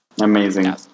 Amazing